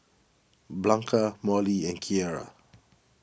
Blanca Molly and Kiera